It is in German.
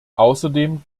außerdem